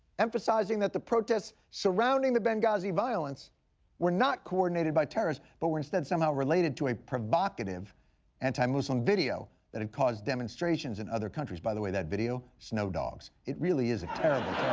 emphasizing that the protests surrounding the benghazi violence were not coordinated by terrorists but were instead somehow related to a provocative anti-muslim video that had caused demonstrations in other countries. by the way, that video, snow dogs. it really is a terrible,